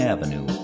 Avenue